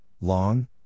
Long